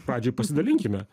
pradžioj pasidalinkime